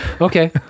okay